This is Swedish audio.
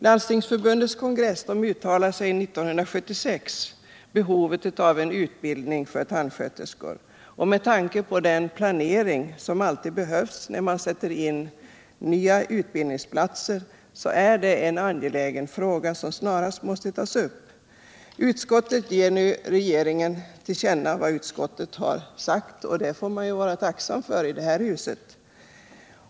Landstingsförbundets kongress uttalade sig 1976 om behovet av en utbildning för tandsköterskor. Med tanke på den planering som alltid behövs när det gäller nya utbildningar är detta en angelägen fråga som snarast måste tas upp. Utskottet föreslår att riksdagen skall ge regeringen till känna vad utskottet har sagt, och det får man ju vara tacksam för i det här huset.